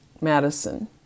Madison